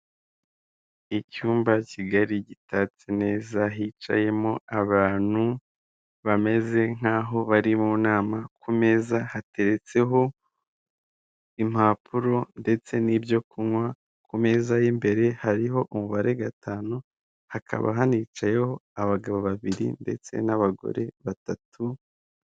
Icyumba kigali gitatse neza hicayemo abantu bameze nk'aho bari mu nama, ku meza hateretseho impapuro ndetse n'ibyo kunywa; ku meza y'imbere hariho umubare gatanu hakaba hanicayeho abagabo babiri ndetse n'abagore batatu.